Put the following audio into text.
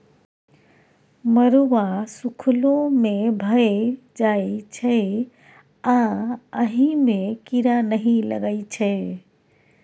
मरुआ सुखलो मे भए जाइ छै आ अहि मे कीरा नहि लगै छै